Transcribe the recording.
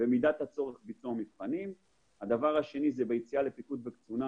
במידת הצורך ביצוע מבחנים; הדבר השני זה ביציאה לפיקוד וקצונה,